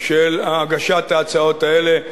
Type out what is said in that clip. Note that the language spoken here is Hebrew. של הגשת ההצעות האלה.